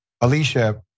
Alicia